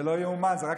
זה לא ייאמן.